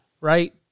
Right